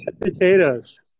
Potatoes